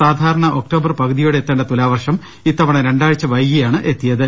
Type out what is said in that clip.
സാധാരണ ഒക്ടോബർ പകുതിയോടെ എത്തേണ്ട തുലാവർഷം ഇത്ത വണ രണ്ടാഴ്ച വൈകിയാണ് എത്തിയത്